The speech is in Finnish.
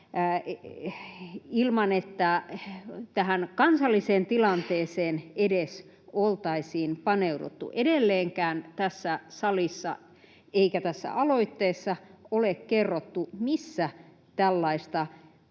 ilman, että tähän kansalliseen tilanteeseen edes oltaisiin paneuduttu. Edelleenkään tässä salissa eikä tässä aloitteessa ole kerrottu, missä tällaista